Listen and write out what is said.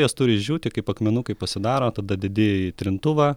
jos turi išdžiūti kaip akmenukai pasidaro tada dedi į trintuvą